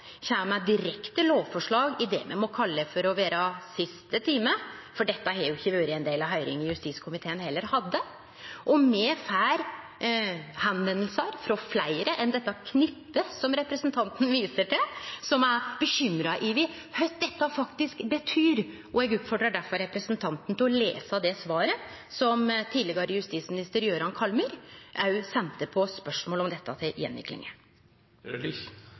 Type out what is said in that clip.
kjem med direkte lovforslag i det vi må kalle for siste time, for dette har heller ikkje vore ein del av høyringa justiskomiteen hadde. Og det er fleire enn det knippet som representanten viser til, som kontaktar oss, og som er bekymra over kva dette faktisk betyr. Eg oppfordrar difor representanten til òg å lese det svaret som tidlegere justisminister Jøran Kallmyr sende på spørsmål om dette til